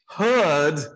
heard